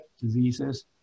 diseases